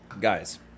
guys